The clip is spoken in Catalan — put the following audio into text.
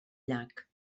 llac